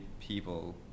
people